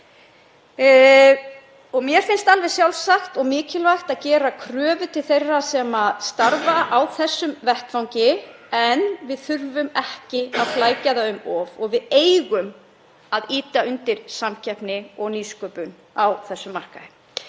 dag. Mér finnst alveg sjálfsagt og mikilvægt að gera kröfur til þeirra sem starfa á þessum vettvangi en við þurfum ekki að flækja það um of og við eigum að ýta undir samkeppni og nýsköpun á þessum markaði.